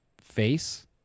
face